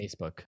Facebook